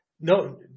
No